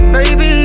Baby